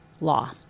law